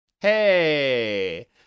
Hey